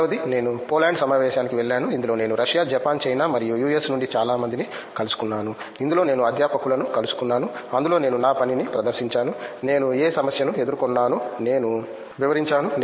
రెండవది నేను పోలాండ్లో సమావేశానికి వెళ్ళాను ఇందులో నేను రష్యా జపాన్ చైనా మరియు యుఎస్ నుండి చాలా మందిని కలుసుకున్నాను ఇందులో నేను అధ్యాపకులను కలుసుకున్నాను అందులో నేను నా పనిని ప్రదర్శించాను నేను ఏ సమస్యను ఎదుర్కొన్నానో నేను వివరించాను